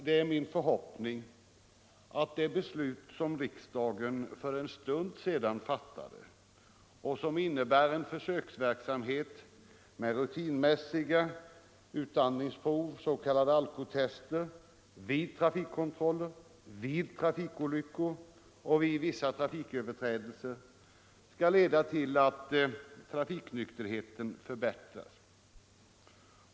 Det är min förhoppning, herr talman, att det beslut som riksdagen för en stund sedan fattade och som innebär en försöksverksamhet med rutinmässiga utandningsprov — s.k. alkotest — vid trafikkontroller, vid trafikolyckor och vid vissa trafiköverträdelser skall leda till att trafiknykterheten förbättras.